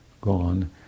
gone